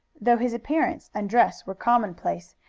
though his appearance and dress were commonplace,